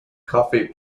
coffee